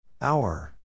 Hour